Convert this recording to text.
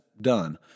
done